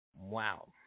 wow